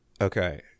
Okay